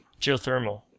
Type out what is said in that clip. Geothermal